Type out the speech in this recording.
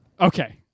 Okay